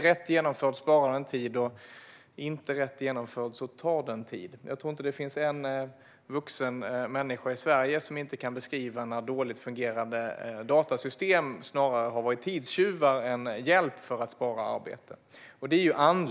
Rätt genomförd sparar digitaliseringen tid, men inte rätt genomförd stjäl den tid. Det finns nog ingen vuxen människa i Sverige som inte kan beskriva hur dåligt fungerande datasystem snarare har varit tidstjuvar än hjälp att spara arbete.